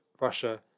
Russia